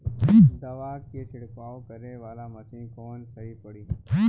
दवा के छिड़काव करे वाला मशीन कवन सही पड़ी?